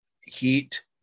heat